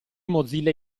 mozilla